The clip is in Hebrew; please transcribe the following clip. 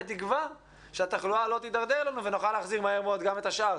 בתקווה שהתחלואה לא תדרדר לנו ונוכל להחזיר מהר מאוד גם את השאר.